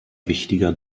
wichtiger